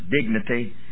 dignity